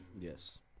Yes